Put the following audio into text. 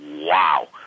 wow